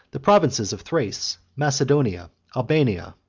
the provinces of thrace, macedonia, albania,